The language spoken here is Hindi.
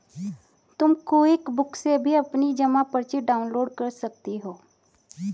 तुम क्विकबुक से भी अपनी जमा पर्ची डाउनलोड कर सकती हो